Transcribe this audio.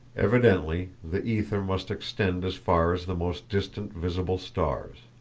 evidently the ether must extend as far as the most distant visible stars.